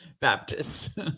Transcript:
Baptist